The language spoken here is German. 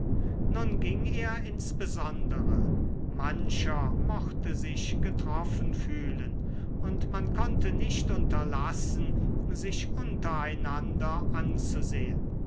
nun ging er ins besondere mancher mochte sich getroffen fühlen und man konnte nicht unterlassen sich unter einander anzusehen